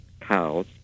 cows